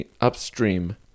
upstream